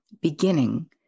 beginning